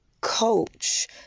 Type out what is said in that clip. coach